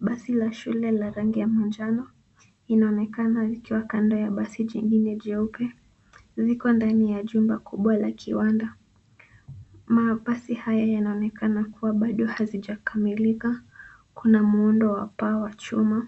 Basi la shule la rangi ya manjano inaonekana likiwa kando ya basi jingine jeupe. Ziko ndani ya jumba kubwa la kiwanda. Mabasi haya yanaonekana kuwa baado hazijakamilika. Kuna muundo wa paa wa chuma.